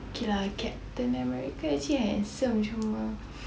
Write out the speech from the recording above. K lah captain america actually handsome cuma